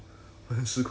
oh